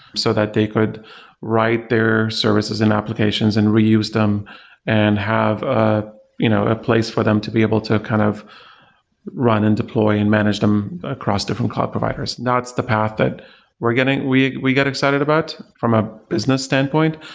so that they could write their services and applications and reuse them and have ah you know a place for them to be able to kind of run and deploy and manage them across different cloud providers. that's the path that we we get excited about from a business standpoint,